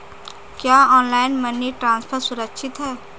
क्या online money transfer सुरक्षित है?